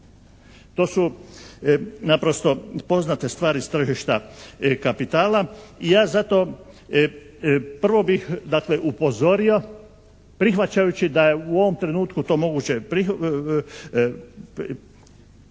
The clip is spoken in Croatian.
To su naprosto poznate stvari s tržišta kapitala i ja zato prvo bih dakle, upozorio prihvaćajući da je u ovom trenutku to moguće usvojiti,